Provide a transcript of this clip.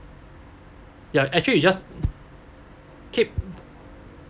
ya actually you just keep